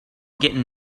getting